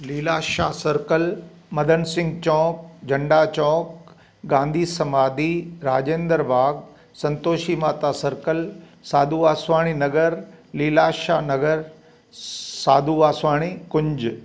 लीला Shah circle Madan Singh Chowk Jhanda Chowk Gandhi Samadhi Rajendra Bagh Santoshi Mata circle Sadhu Vaswani Nagar Leela Shah Nagar स साधू वासवाणी कुंज